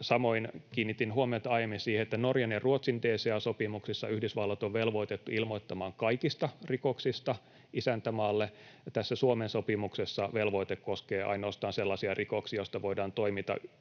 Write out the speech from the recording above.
Samoin kiinnitin huomiota aiemmin siihen, että Norjan ja Ruotsin DCA-sopimuksissa Yhdysvallat on velvoitettu ilmoittamaan kaikista rikoksista isäntämaalle. Tässä Suomen sopimuksessa velvoite koskee ainoastaan sellaisia rikoksia, joista voidaan tuomita